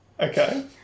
Okay